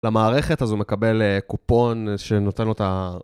למערכת הזו הוא מקבל קופון שנותן אותה...